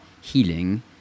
healing